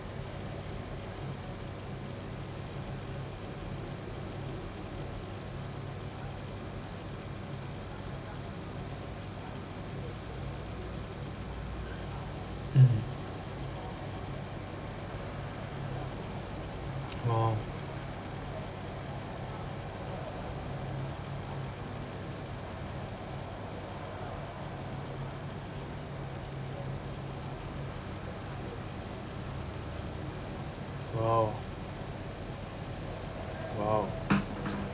mm oh !wow! !wow!